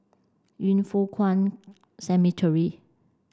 Yin Foh Kuan Cemetery